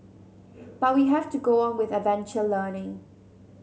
but we have to go on with adventure learning